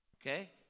okay